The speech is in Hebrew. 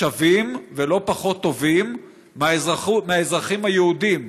שווים ולא פחות טובים מהאזרחים היהודים.